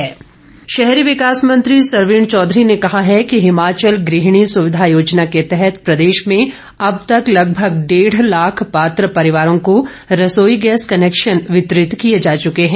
सरवीण चौधरी शहरी विकास मंत्री सरवीण चौधरी ने कहा है कि हिमाचल गृहिणी सुविधा योजना के तहत प्रदेश में अब तक लगभग डेढ़ लाख पात्र परिवारों को रसोई गैस कनेक्शन वितरित किए जा चुके हैं